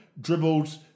dribbled